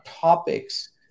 Topics